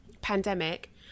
pandemic